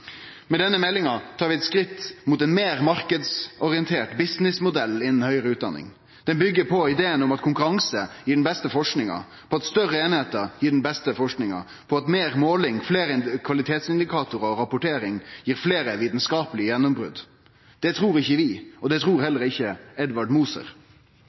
Med denne meldinga tar vi eit skritt mot ein meir marknadsorientert businessmodell innan høgare utdanning. Han byggjer på ideen om at konkurranse gjev den beste forskinga, på at større einingar gjev den beste forskinga, og på at meir måling, fleire kvalitetsindikatorar og rapportering gjev fleire vitskapelege gjennombrot. Det trur ikkje vi, og det trur heller ikkje Edvard Moser.